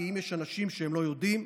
כי אם יש אנשים שלא יודעים,